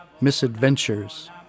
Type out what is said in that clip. Misadventures